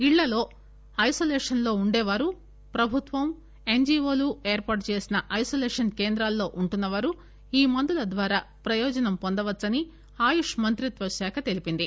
ఇళ్లలో ఐసోలేషన్ లో ఉండే వారు ప్రభుత్వం ఎన్టీవోలు ఏర్పాటు చేసిన ఐనోలేషన్ కేంద్రాల్లో ఉంటున్న వారుఈ మందుల ద్వారా ప్రయోజనం పొందవచ్చని ఆయూష్ మంత్రిత్వ శాఖ తెలిపింది